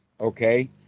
Okay